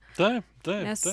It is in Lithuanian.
taip taip taip